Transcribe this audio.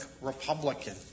Republican